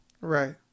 Right